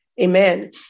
amen